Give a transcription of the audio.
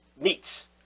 meats